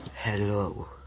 Hello